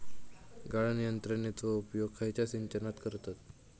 गाळण यंत्रनेचो उपयोग खयच्या सिंचनात करतत?